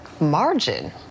margin